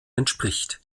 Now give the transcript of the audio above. entspricht